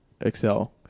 excel